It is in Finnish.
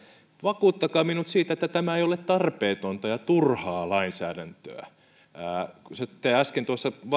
vakuuttakaa minut siitä että tämä ei ole tarpeetonta ja turhaa lainsäädäntöä te äsken tuossa